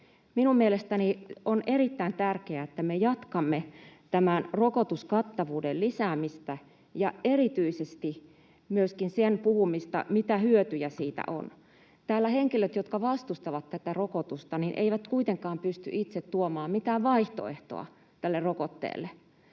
Minun mielestäni on erittäin tärkeää, että me jatkamme tämän rokotuskattavuuden lisäämistä ja erityisesti myöskin sen puhumista, mitä hyötyjä siitä on. Täällä henkilöt, jotka vastustavat tätä rokotusta, eivät kuitenkaan pysty itse tuomaan mitään vaihtoehtoa tälle rokotteelle.